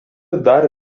dar